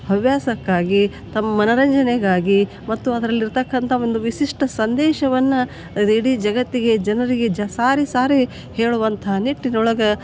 ಹವ್ಯಾಸಕ್ಕಾಗಿ ತಮ್ಮ ಮನರಂಜನೆಗಾಗಿ ಮತ್ತು ಅದ್ರಲ್ಲಿರ್ತಕ್ಕಂಥ ಒಂದು ವಿಶಿಷ್ಟ ಸಂದೇಶವನ್ನು ಇಡೀ ಜಗತ್ತಿಗೆ ಜನರಿಗೆ ಸಾರಿ ಸಾರಿ ಹೇಳುವಂಥ ನಿಟ್ಟಿನೊಳಗೆ